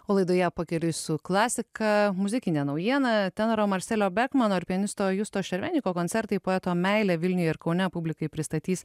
o laidoje pakeliui su klasika muzikinė naujiena tenoro marselio bekmano ir pianisto justo šerveniko koncertai poeto meilė vilniui ir kaune publikai pristatys